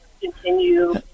continue